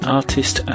artist